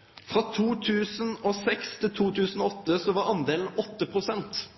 frå 1999 til 2001 var 3 pst. fattige barn. Frå 2006 til 2008 var det 8 pst.